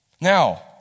Now